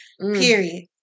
period